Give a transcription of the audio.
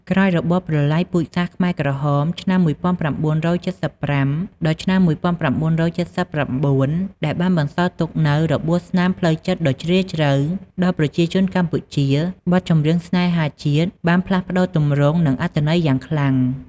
ក្រោយរបបប្រល័យពូជសាសន៍ខ្មែរក្រហម ឆ្នាំ ១៩៧៥ ដល់ឆ្នាំ ១៩៧៩ ដែលបានបន្សល់ទុកនូវ របួសស្នាមផ្លូវចិត្តដ៏ជ្រាលជ្រៅ ដល់ប្រជាជនកម្ពុជា បទចម្រៀងស្នេហាជាតិបានផ្លាស់ប្ដូរទម្រង់ និងអត្ថន័យយ៉ាងខ្លាំង។